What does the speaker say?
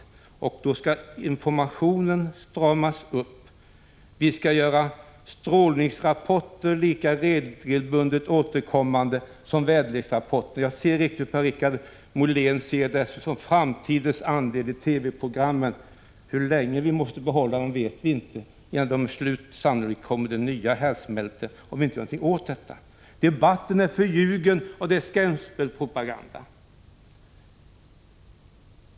Då handlar det t.ex. om att informationen skall stramas upp. Vi skall ha strålningsrapporter som är lika regelbundet återkommande som väderleksrapporterna. Jag ser riktigt hur strålningsrapporterna med Per-Richard Moléns beskrivning blir ett inslag för framtiden i TV-programmen — hur länge vi måste ha kvar inslagen vet vi inte, eftersom det säkert inträffar nya härdsmältor om vi inte gör någonting åt detta. Per-Richard Molén säger att debatten är förljugen och att det bedrivs skrämselpropaganda.